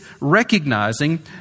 recognizing